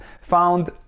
found